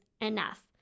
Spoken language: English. enough